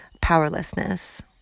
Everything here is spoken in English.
powerlessness